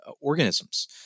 organisms